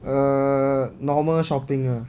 err normal shopping lah